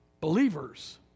believers